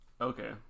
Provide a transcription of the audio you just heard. okay